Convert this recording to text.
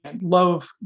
love